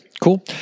cool